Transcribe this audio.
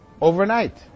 overnight